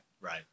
Right